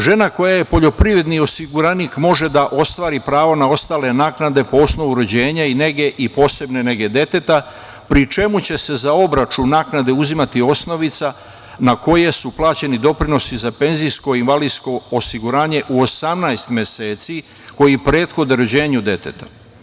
Žena koja je poljoprivredni osiguranik može da ostvari pravo na ostale naknade po osnovu rođenja i nege i posebne nege deteta, pri čemu će se za obračun naknade uzimati osnovica na koje su plaćeni doprinosi za penzijsko i invalidsko osiguranje u 18 meseci koji prethode rođenju deteta.